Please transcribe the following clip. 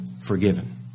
forgiven